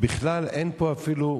בכלל אין פה אפילו,